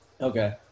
Okay